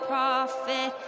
Prophet